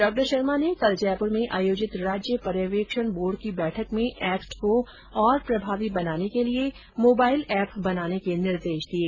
डॉ शर्मा ने कल जयप्र में आयोजित राज्य पर्यवेक्षण बोर्ड की बैठक में एक्ट को और प्रभावी बनाने के लिये मोबाइल एप बनाने के निर्देश दिये